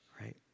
right